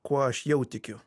kuo aš jau tikiu